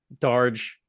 Darge